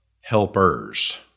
helpers